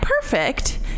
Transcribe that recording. perfect